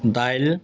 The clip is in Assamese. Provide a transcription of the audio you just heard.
দাইল